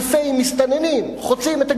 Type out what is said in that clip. אלפי מסתננים חוצים את הגבול,